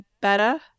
better